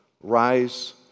rise